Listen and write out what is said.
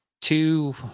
two